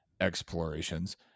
explorations